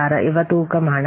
26 ഇവ തൂക്കമാണ്